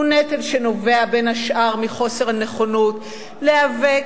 הוא נטל שנובע בין השאר מחוסר הנכונות להיאבק